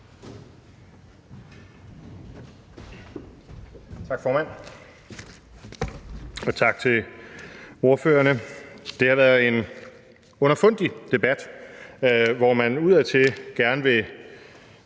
Tak, formand, og tak til ordførerne. Det har været en underfundig debat, hvor man udadtil i